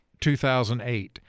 2008